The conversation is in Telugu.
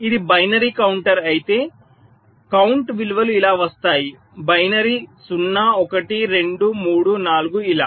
ఇది బైనరీ కౌంటర్ అయితే కౌంట్ విలువలు ఇలా వస్తాయి బైనరీ 0 1 2 3 4 ఇలా